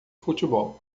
futebol